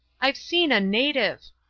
i've seen a native.